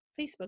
Facebook